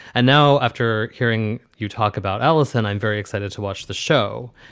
and now after hearing you talk about alison, i'm very excited to watch the show.